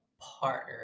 partner